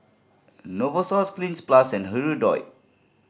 Novosource Cleanz Plus and Hirudoid